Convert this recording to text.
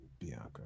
Bianca